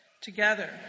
Together